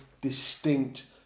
distinct